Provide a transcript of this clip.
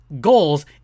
goals